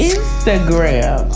Instagram